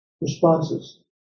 responses